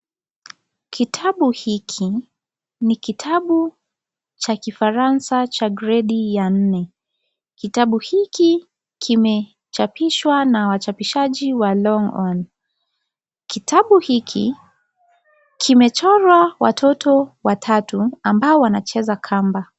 Kitabu hiki ni kitabu cha kifaransa cha gredi ya nne kitabu hiki kimechapishwa na wachapishaji wa Longhorn, kitabu hiki kimechorwa watoto watatu ambao wanacheza kamba.